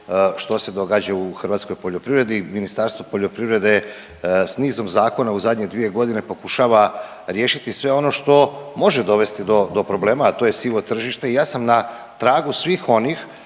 što se događa u hrvatskoj poljoprivredi i Ministarstvo poljoprivrede s nizom zakona u zadnje dvije godine pokušava riješiti sve ono što može dovesti do problema, a to je sivo tržište i ja sam na tragu svih onih